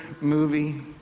movie